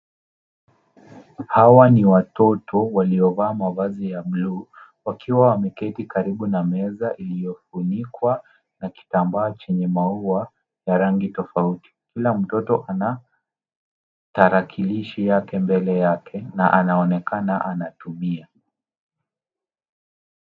Hawa ni watoto waliovaa mavazi ya blue , wakiwa wameketi karibu na meza iliofunikwa, na kitambaa chenye maua, ya rangi tofauti. Kila mtoto ana tarakilishi yake mbele yake na anaonekana anatumia.